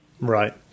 Right